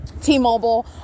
T-Mobile